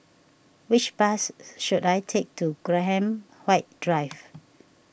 which bus should I take to Graham White Drive